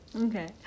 Okay